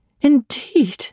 indeed